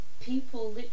people